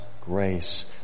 grace